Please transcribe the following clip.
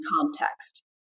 context